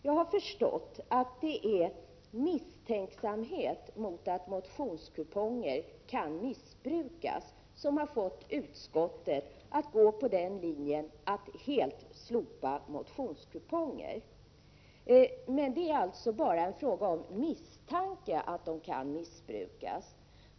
Jag har förstått att det är misstanken att motionskuponger kan missbrukas som har fått utskottet att gå på den linjen att man helt slopar motionskuponger. Men det är alltså bara fråga om misstanke att kupongerna kan missbrukas.